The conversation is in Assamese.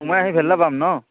সোমায় সেই ভেল্লা পাম ন